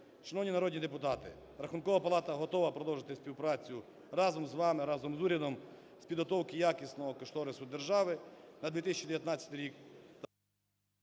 Шановні народні депутати, Рахункова палата готова продовжити співпрацю разом з вами, разом з урядом з підготовки якісного кошторису держави на 2019 рік